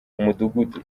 umudugudu